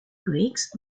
greeks